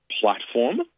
platform